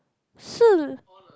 Shi